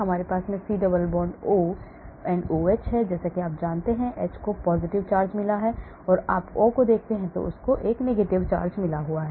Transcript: हमारे पास C double bond O OH है जैसा कि आप जानते हैं कि H को एक positive charge मिला है इस O को आप देख सकते हैं कि उसे negative charge मिला है